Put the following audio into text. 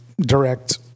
direct